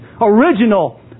original